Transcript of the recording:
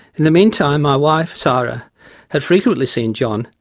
in the meantime my wife sara had frequently seen john,